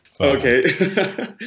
Okay